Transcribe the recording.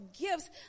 gifts